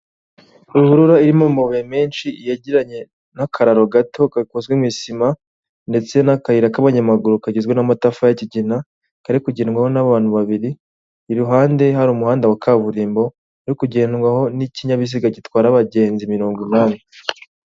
Ruhurura irimo amabuye menshi yegeranye n'akararo gato gakozwe mu isima, ndetse n'akayira k'abanyamaguru kagizwe n'amatafari y'ikigina, kari kugendwaho n'abantu babiri, iruhande hari umuhanda wa kaburimbo uri kugendwaho n'ikinyabiziga gitwara abagenzi mirongo inani.